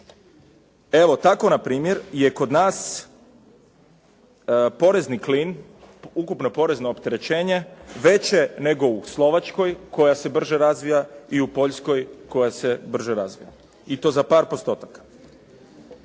Evo tako npr. je kod nas porezni klin ukupno porezno opterećenje veće nego u Slovačkoj koja se brže razvija i u Poljskoj koja se brže razvija i to za par postotaka.